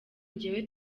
njyewe